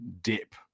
dip